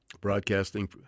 broadcasting